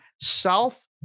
South